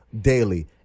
daily